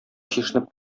чишенеп